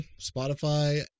Spotify